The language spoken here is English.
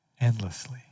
endlessly